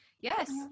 yes